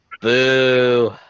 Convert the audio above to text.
Boo